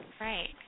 Right